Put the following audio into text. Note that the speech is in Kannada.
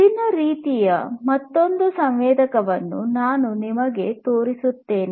ವಿಭಿನ್ನ ರೀತಿಯ ಮತ್ತೊಂದು ಸಂವೇದಕವನ್ನು ನಾನು ನಿಮಗೆ ತೋರಿಸುತ್ತೇನೆ